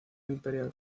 imperial